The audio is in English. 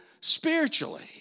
Spiritually